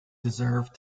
deserved